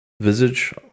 visage